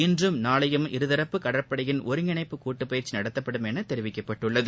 இன்றும் நாளையும் இருதரப்பு கடற்படையின் ஒருங்கிணைப்பு கூட்டுப்பயிற்சிநடத்தப்படும் எனதெரிவிக்கப்பட்டுள்ளது